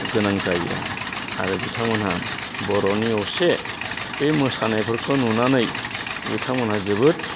गोनां जायो आरो बिथांमोना बर'नि असे बे मोसानायफोरखौ नुनानै बिथांमोना जोबोद